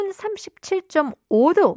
37.5도